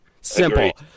simple